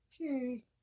Okay